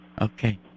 Okay